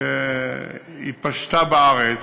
פשטה בארץ.